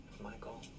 Michael